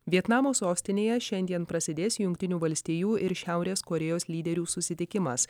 vietnamo sostinėje šiandien prasidės jungtinių valstijų ir šiaurės korėjos lyderių susitikimas